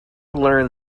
learn